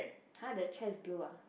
!huh! the chair is blue ah